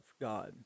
God